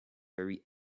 very